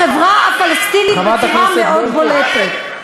רואים נורמליזציה של אלימות בחברה הפלסטינית בצורה מאוד בולטת.